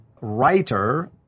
writer